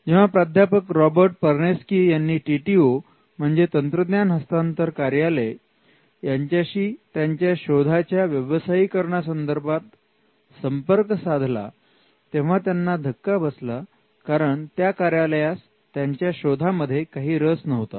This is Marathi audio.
जेव्हा प्राध्यापक रॉबर्ट परनेसकी यांनी टी टी ओ म्हणजे तंत्रज्ञान हस्तांतर कार्यालय यांच्याशी त्यांच्या शोधाच्या व्यवसायिकरणा संदर्भात संपर्क साधला तेव्हा त्यांना धक्का बसला कारण त्या कार्यालयास त्यांच्या शोधामध्ये काही रस नव्हता